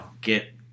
get